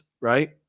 right